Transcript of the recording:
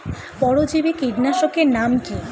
পরজীবী কীটনাশকের নাম কি?